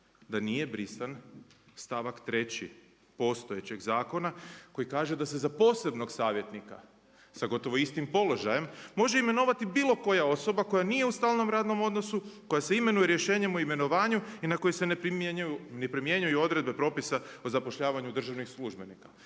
da nije brisan stavak 3. postojećeg zakona koji kaže da se za posebnog savjetnika sa gotovo istim položajem može imenovati bilo koja osoba koja nije u stalnom radnom odnosu koja se imenuje rješenjem o imenovanju i na koji se ne primjenjuju odredbe propisa o zapošljavanju državnih službenika.